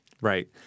Right